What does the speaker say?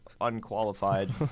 unqualified